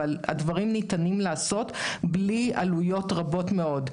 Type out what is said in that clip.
אבל הדברים ניתנים להיעשות בלי עלויות רבות מאוד.